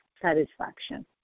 satisfaction